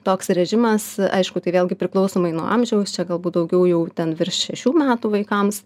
toks režimas aišku tai vėlgi priklausomai nuo amžiaus čia galbūt daugiau jau ten virš šių metų vaikams